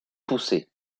poussées